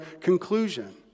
conclusion